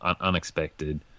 unexpected